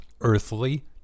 earthly